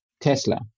Tesla